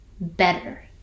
better